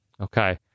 okay